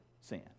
sin